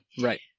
Right